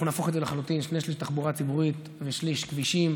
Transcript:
נהפוך את זה לחלוטין: שני שלישים תחבורה ציבורית ושליש כבישים.